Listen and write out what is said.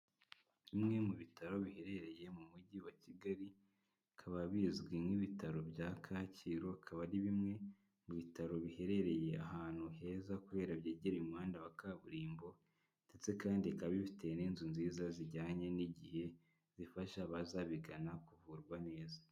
Bimwe mu bitaro biherereye mu mujyi wa Kigali, bikaba bizwi nk'ibitaro bya Kacyiru, akaba ari bimwe mu bitaro biherereye ahantu heza kubera byegereye umuhanda wa kaburimbo ndetse kandi bikaba bifitete n'inzu nziza zijyanye n'igihe zifasha abaza babigana kuvurwa neza.